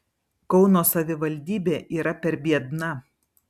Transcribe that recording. kauno savivaldybė yra per biedna